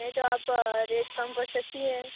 नहीं तो आप रेट कम कर सकती हैं